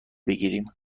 بگیریم